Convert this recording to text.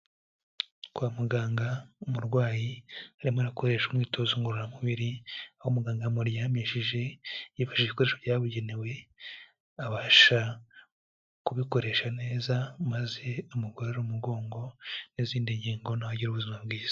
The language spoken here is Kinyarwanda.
Kwa muganga, umurwayi arimo arakoreshwa imyitozo ngororamubiri, aho muganga yamuryamishije yifashishije ibikoresho byabugenewe abasha kubikoresha neza, maze amugorore umugongo n'izindi ngingo, nawe agire ubuzima bwiza